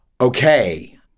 okay